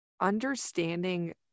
understanding